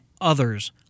others